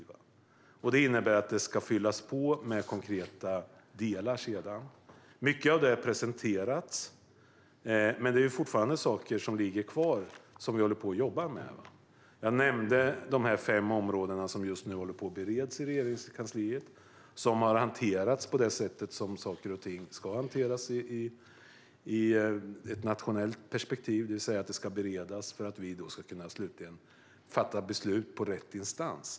Det innebär att konkreta delar ska fyllas på sedan. Mycket av det har presenterats, men det är fortfarande saker som ligger kvar och som vi håller på och jobbar med. Jag nämnde de fem områden som just nu bereds i Regeringskansliet. Detta har hanterats på det sätt som saker och ting ska hanteras på i ett nationellt perspektiv - det ska beredas för att vi slutligen ska kunna fatta beslut i rätt instans.